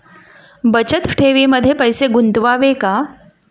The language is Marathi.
बचत ठेवीमध्ये पैसे गुंतवावे का?